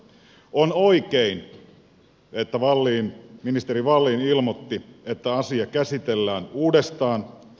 on oikein että ministeri wallin ilmoitti että asia käsitellään uudestaan